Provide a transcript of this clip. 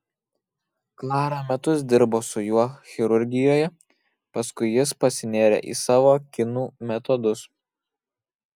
klara metus dirbo su juo chirurgijoje paskui jis pasinėrė į savo kinų metodus